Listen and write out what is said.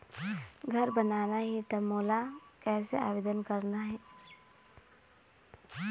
घर बनाना ही त मोला कैसे आवेदन करना हे?